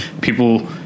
people